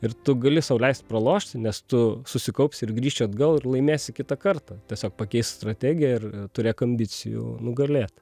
ir tu gali sau leist pralošti nes tu susikaupsi ir grįši atgal ir laimėsi kitą kartą tiesiog pakeisk strategiją ir turėk ambicijų nugalėt